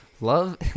Love